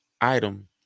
item